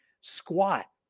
squat